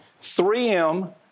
3M